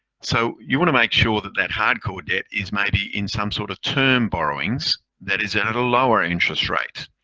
so you want to make sure that, that hardcore debt is maybe in some sort of term borrowings that is at a lower interest rate.